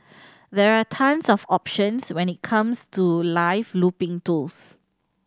there are tons of options when it comes to live looping tools